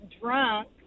drunk